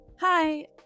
hi